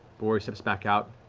before he steps back out.